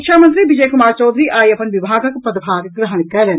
शिक्षा मंत्री विजय कुमार चौधरी आई अपन विभागक पदभार ग्रहण कयलनि